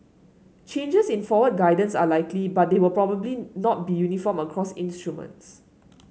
changes in forward guidance are likely but they will probably not be uniform across instruments